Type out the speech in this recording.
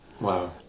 Wow